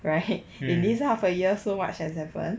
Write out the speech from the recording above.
right if this half a year so much has happened